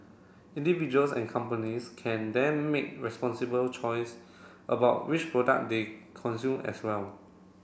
individuals and companies can then make responsible choice about which product they consume as well